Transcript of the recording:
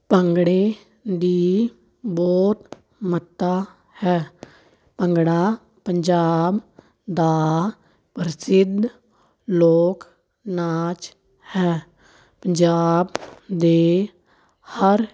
ਭੰਗੜੇ ਦੀ ਬਹੁਤ ਮਹੱਤਤਾ ਹੈ ਭੰਗੜਾ ਪੰਜਾਬ ਦਾ ਪ੍ਰਸਿੱਧ ਲੋਕ ਨਾਚ ਹੈ ਪੰਜਾਬ ਦੇ ਹਰ